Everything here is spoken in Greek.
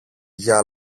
για